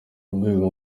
rwego